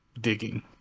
digging